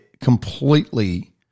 completely